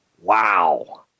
Wow